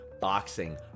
boxing